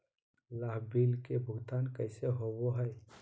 लाभ बिल के भुगतान कैसे होबो हैं?